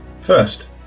first